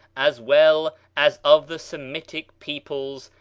as well as of the semitic peoples,